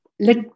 Let